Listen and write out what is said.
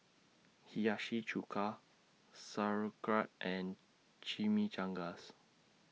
Hiyashi Chuka Sauerkraut and Chimichangas